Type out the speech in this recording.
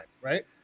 right